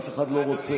אף אחד לא רוצה,